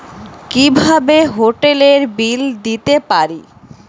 কিভাবে হোটেলের বিল দিতে পারি?